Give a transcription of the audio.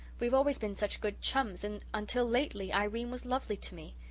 we've always been such good chums and until lately irene was lovely to me